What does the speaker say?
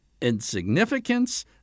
insignificance